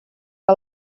que